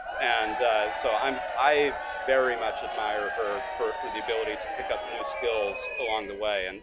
and so um i very much admire her for for the ability to pick up new skills along the way, and